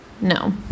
No